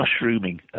mushrooming